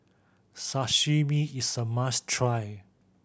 Sashimi is a must try